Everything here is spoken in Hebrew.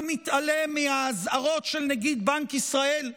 מתעלם מהאזהרות של נגיד בנק ישראל,